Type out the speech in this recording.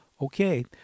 Okay